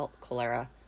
cholera